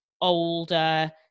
older